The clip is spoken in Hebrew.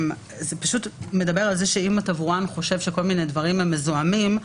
מדברת על מקרים שהתברואן חושב שכל מיני דברים הם מזוהמים,